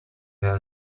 their